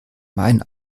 mein